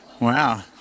wow